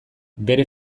bere